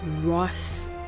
Ross